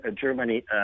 Germany